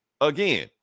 Again